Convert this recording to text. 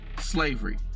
slavery